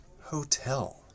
Hotel